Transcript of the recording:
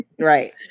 Right